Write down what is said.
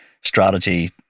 strategy